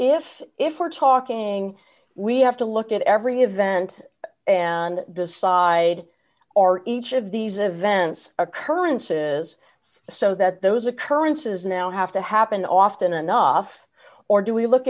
if if we're talking we have to look at every event and decide are each of these events occurrences so that those occurrences now have to happen often enough or do we look